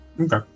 Okay